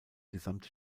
gesamte